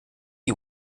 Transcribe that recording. you